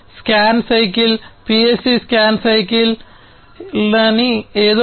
scan cycle PLC scan cycle అని ఏదో ఉంది